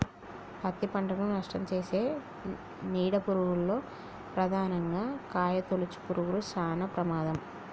పత్తి పంటను నష్టంచేసే నీడ పురుగుల్లో ప్రధానంగా కాయతొలుచు పురుగులు శానా ప్రమాదం